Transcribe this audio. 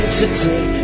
today